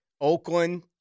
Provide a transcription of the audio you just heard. Oakland